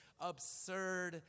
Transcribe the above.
absurd